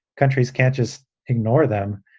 countries can't just ignore them.